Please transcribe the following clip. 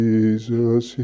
Jesus